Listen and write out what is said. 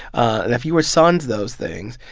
and if you were sans those things,